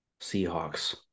Seahawks